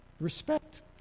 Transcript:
respect